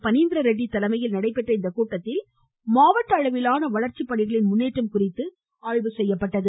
பனீந்திர தலைமையில் நடைபெற்ற இக்கூட்டத்தில் மாவட்ட அளவிலான ரெட்டி வளர்ச்சிப்பணிகளின் முன்னேற்றம் குறித்து ஆய்வு செய்யப்பட்டது